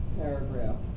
paragraph